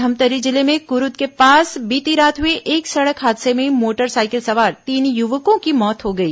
धमतरी जिले में कुरूद के पास बीती रात हुए एक सड़क हादसे में मोटरसाइकिल सवार तीन युवकों की मौत हो गई